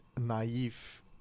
naive